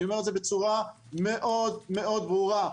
אני אומר את זה בצורה מאוד מאוד ברורה.